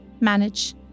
manage